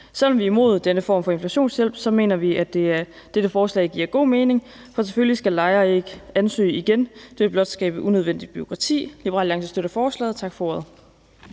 Selv om vi er imod denne form for inflationshjælp, mener vi, at dette forslag giver god mening, for selvfølgelig skal lejere ikke ansøge igen. Det vil blot skabe unødvendigt bureaukrati. Liberal Alliance støtter forslaget. Tak for ordet.